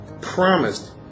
promised